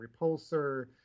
repulsor